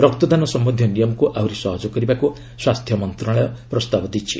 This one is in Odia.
ରକ୍ତଦାନ ସମ୍ବନ୍ଧୀୟ ନିୟମକୁ ଆହୁରି ସହଜ କରିବାକୁ ସ୍ୱାସ୍ଥ୍ୟ ମନ୍ତ୍ରଣାଳୟ ପ୍ରସ୍ତାବ ଦେଇଛି